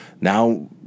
Now